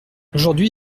aujourd’hui